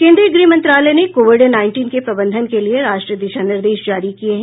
केद्रीय गृह मंत्रालय ने कोविड नाईटीन के प्रबंधन के लिये राष्ट्रीय दिशा निर्देश जारी किये हैं